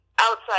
outside